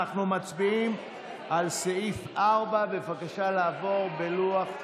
אנחנו מצביעים על סעיף 4. בבקשה לעבור בלוח,